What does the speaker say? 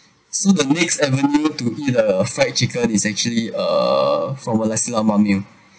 so the next avenue to the fried chicken is actually uh from a nasi lemak meal